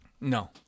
No